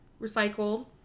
recycled